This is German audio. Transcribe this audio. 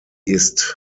ist